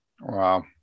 Wow